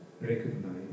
Recognize